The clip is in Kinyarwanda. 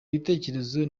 ibitekerezo